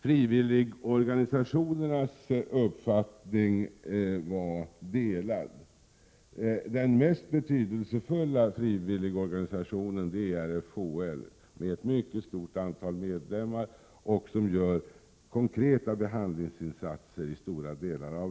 Frivilligorganisationernas uppfattning är delad. Den mest betydelsefulla frivilligorganisationen är RFHL. Den har ett mycket stort antal medlemmar och gör konkreta behandlingsinsatser i stora delar av landet.